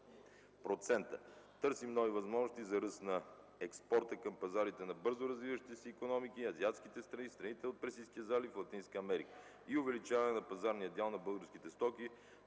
Търсим нови възможности за ръст на експорта към пазарите на бързо развиващите се икономики, азиатските страни, страните от Персийския залив и Латинска Америка и увеличаване на пазарния дял на българските стоки